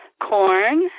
corn